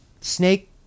snake